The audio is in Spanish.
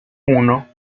uno